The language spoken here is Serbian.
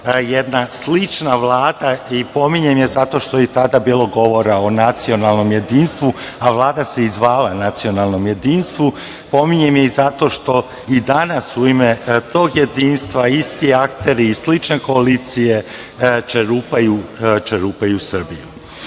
jedna slična Vlada i pominjanjem je zato što je i tada bilo govora o nacionalnom jedinstvu, a Vlada se i zvala nacionalnom jedinstvu. Pominjem je i zato što i danas u ime tog jedinstva isti akter i slične koalicije čerupaju Srbiju. Ono